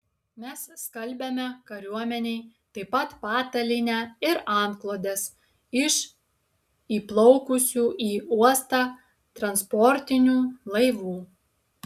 mes skalbiame kariuomenei taip pat patalynę ir antklodes iš įplaukusių į uostą transportinių laivų